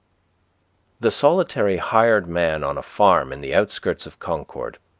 the solitary hired man on a farm in the outskirts of concord,